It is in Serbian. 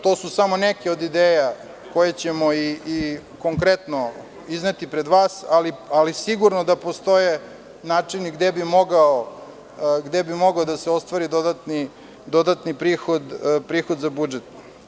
To su samo neke od ideja koje ćemo i konkretno izneti pred vas, ali sigurno da postoje načini gde bi mogao da se ostvari dodatni prihod za budžet.